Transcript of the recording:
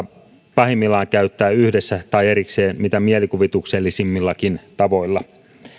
pahimmillaan käyttää yhdessä tai erikseen mitä mielikuvituksellisimmillakin tavoilla